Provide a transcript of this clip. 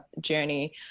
journey